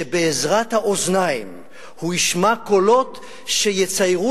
שבעזרת האוזניים הוא ישמע קולות שיציירו